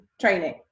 training